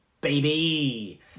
baby